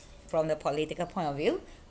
from the political point of view